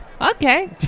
Okay